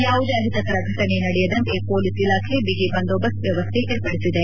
ಯಾವುದೇ ಅಹಿತಕರ ಫಟನೆ ನಡೆಯದಂತೆ ಪೊಲೀಸ್ ಇಲಾಖೆ ಬಿಗಿ ಬಂದೋಬಸ್ತ್ ವ್ಲವಸ್ಥೆ ಏರ್ಪಡಿಸಿದೆ